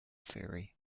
theory